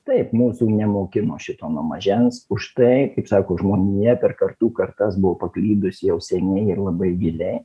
taip mūsų nemokino šito nuo mažens užtai kaip sako žmonija per kartų kartas buvo paklydusi jau seniai ir labai giliai